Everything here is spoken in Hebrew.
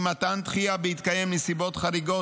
מתן דחייה בהתקיים נסיבות חריגות,